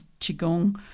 Qigong